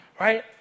Right